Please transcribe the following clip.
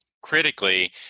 critically